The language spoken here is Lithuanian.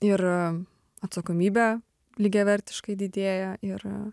ir atsakomybė lygiavertiškai didėja ir